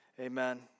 Amen